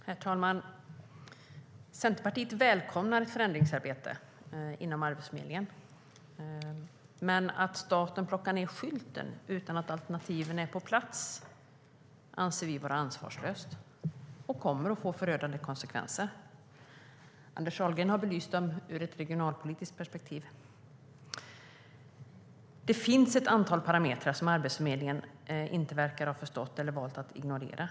Herr talman! Centerpartiet välkomnar ett förändringsarbete inom Arbetsförmedlingen. Men att staten plockar ned skylten utan att alternativen är på plats anser vi är ansvarslöst. Det kommer att få förödande konsekvenser. Anders Ahlgren har belyst dem ur ett regionalpolitiskt perspektiv. Det finns ett antal parametrar som Arbetsförmedlingen inte har förstått eller har valt att ignorera.